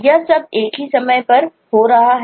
यह सब एक ही समय पर में हो रहा है